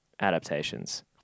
adaptations